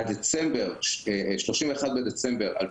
עד 31 בדצמבר 2022,